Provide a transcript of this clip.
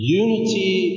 unity